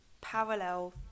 parallel